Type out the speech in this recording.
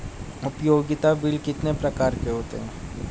उपयोगिता बिल कितने प्रकार के होते हैं?